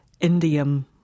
indium